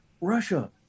Russia